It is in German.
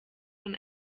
von